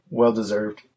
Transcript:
well-deserved